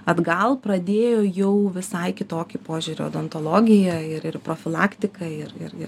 atgal pradėjo jau visai kitokį požiūrį į odontologiją ir ir profilaktiką ir ir ir